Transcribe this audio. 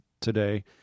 today